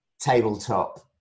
tabletop